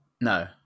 No